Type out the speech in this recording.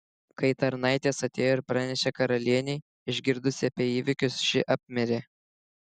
kai tarnaitės atėjo ir pranešė karalienei išgirdusi apie įvykius ši apmirė